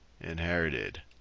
Inherited